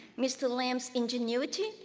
mr. lam's ingenuity,